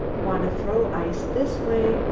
wanna throw ice this way,